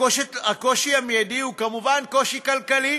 הקושי המיידי הוא כמובן קושי כלכלי.